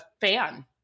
fan